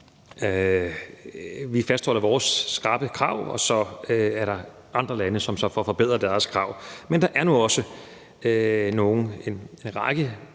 Vi fastholder vores skrappe krav, og så er der andre lande, som så får skærpet deres krav. Men der er nu også en række